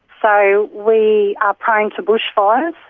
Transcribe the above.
so we are prone to bushfires.